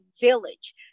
village